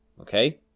Okay